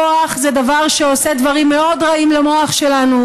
כוח זה דבר שעושה דברים מאוד רעים למוח שלנו,